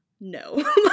no